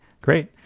great